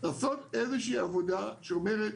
לעשות עבודה שאומרת